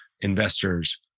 investors